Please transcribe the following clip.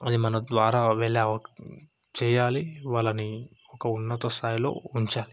వాళ్ళకి మన ద్వారా వెళ్ళే చెయ్యాలి వాళ్ళని ఒక ఉన్నత స్థాయిలో ఉంచాలి